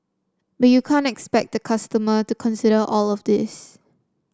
but you can't expect a customer to consider all of this